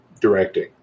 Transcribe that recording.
directing